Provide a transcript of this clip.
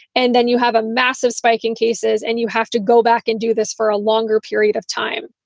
and then you have a massive spike in cases and you have to go back and do this for a longer period of time.